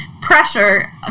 pressure